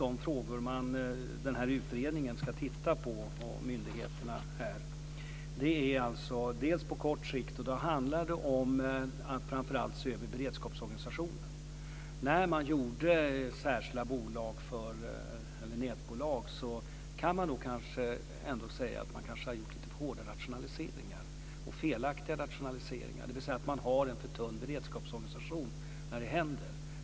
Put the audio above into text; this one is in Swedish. Jag tycker att det som utredningen och myndigheterna ska se över på kort sikt är framför allt beredskapssituationen. När man gjorde särskilda nätbolag kanske man gjorde lite för hårda rationaliseringar och felaktiga rationaliseringar, dvs. att man har en för tunn beredskapsorganisation när något händer.